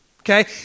Okay